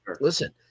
listen